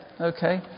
okay